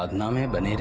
ah non-members